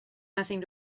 nothing